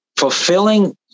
fulfilling